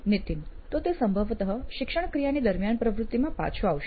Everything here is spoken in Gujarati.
નીતિન તો તે સંભવતઃ શિક્ષણક્રિયાની દરમિયાન પ્રવૃત્તિમાં પાછો આવશે